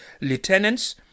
lieutenants